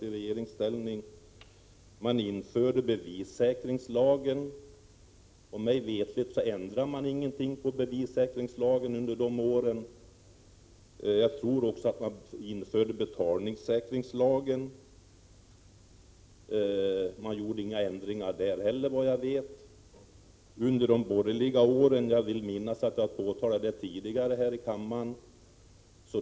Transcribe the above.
Den borgerliga regeringen införde även bevissäkringslagen. Och mig veterligt ändrade man inte bevissäkringslagen under den borgerliga regeringstiden. Jag tror att även betalningssäkringslagen infördes under den borgerliga regeringsperioden. Och inte heller i den gjordes några ändringar. Jag vill minnas att jag har påtalat detta tidigare här i kammaren.